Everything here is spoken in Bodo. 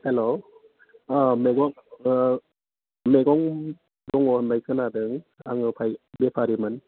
हेल्ल' मैगं मैगं दङ होननाय खोनादों आङो बेफारिमोन